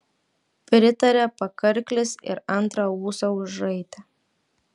pritarė pakarklis ir antrą ūsą užraitė